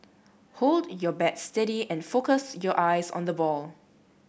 hold your bat steady and focus your eyes on the ball